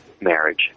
marriage